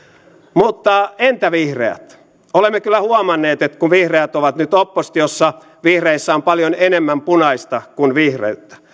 mutta entä vihreät olemme kyllä huomanneet että kun vihreät ovat nyt oppositiossa vihreissä on paljon enemmän punaista kuin vihreyttä